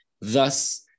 thus